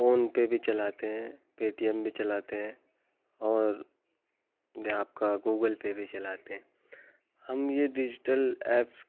PhonePe भी चलाते हैं पेटीएम भी चलाते हैं और दे आपका गूगलपे भी चलाते हैं हम ये डिजिटल एप्स